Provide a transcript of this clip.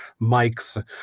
mics